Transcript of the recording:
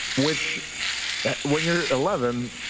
which when you're eleven,